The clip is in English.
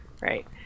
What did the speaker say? right